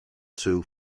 two